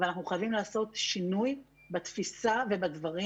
אבל אנחנו חייבים לעשות שינוי בתפיסה ובדברים.